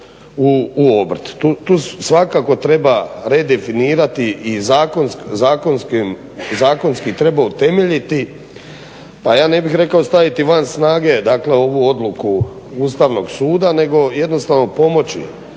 Tu svakako treba redefinirati i zakonski treba utemeljiti. Pa ja ne bih rekao staviti van snage dakle ovu odluku Ustavnog suda nego jednostavno pomoći